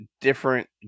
different